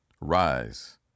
rise